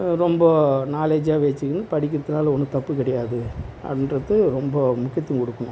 ரொம்ப நாலேஜாக வச்சிக்கின்னு படிக்கிறதுனால் ஒன்றும் தப்பு கிடையாது அப்படின்றது ரொம்ப முக்கியத்துவம் கொடுக்கணும்